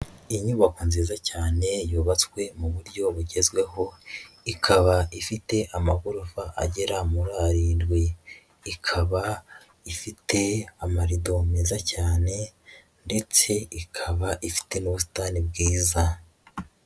Inyubako nziza cyane yubatswe mu buryo bugezweho, ikaba ifite amagorofa agera muri arindwi, ikaba ifite amarido meza cyane ndetse ikaba ifite n'ubusitani bwiza.